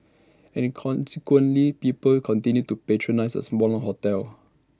and consequently people continued to patronise A smaller hotel